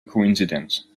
coincidence